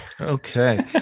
okay